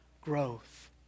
growth